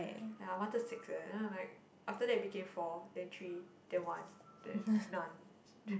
ya I wanted six eh then I'm like after that it became four then three then one then none